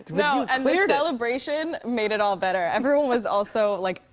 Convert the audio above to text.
no, and the celebration made it all better. everyone was also, like,